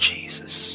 Jesus